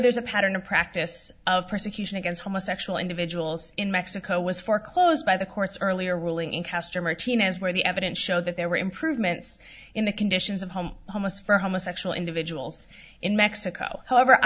there's a pattern of practice of persecution against homosexual individuals in mexico was foreclosed by the court's earlier ruling in caster martinez where the evidence show that there were improvements in the conditions of home almost for homosexual individuals in mexico however i